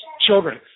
children